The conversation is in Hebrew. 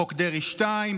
חוק דרעי 2,